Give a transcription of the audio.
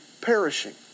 perishing